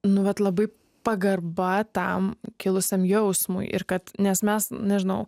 nu vat labai pagarba tam kilusiam jausmui ir kad nes mes nežinau